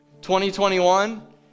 2021